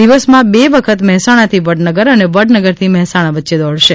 દિવસમાં બે વખત મહેસાણાથી વડનગર અને વડનગરથી મહેસાણા વચ્ચે દોડશે